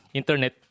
internet